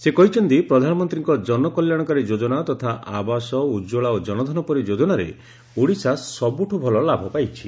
ସେ କହିଛନ୍ତି ପ୍ରଧାନମନ୍ତୀଙ୍କ ଜନକଲ୍ୟାଣକାରୀ ଯୋଜନା ତଥା ଆବାସ ଉଜ୍ୱଳା ଓ ଜନଧନ ପରି ଯୋଜନାରେ ଓଡ଼ିଶା ସବ୍ରଠ ଭଲ ଲାଭ ପାଇଛି